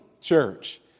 church